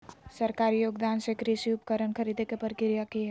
सरकारी योगदान से कृषि उपकरण खरीदे के प्रक्रिया की हय?